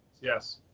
Yes